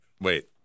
Wait